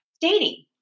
dating